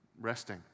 resting